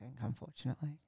unfortunately